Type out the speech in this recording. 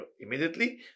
immediately